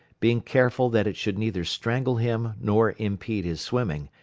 being careful that it should neither strangle him nor impede his swimming,